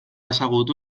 ezagutu